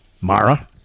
Mara